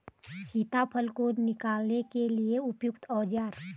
सीताफल को निकालने के लिए उपयुक्त औज़ार?